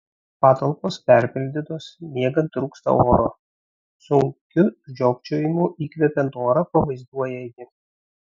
patalpos perpildytos miegant trūksta oro sunkiu žiopčiojimu įkvepiant orą pavaizduoja ji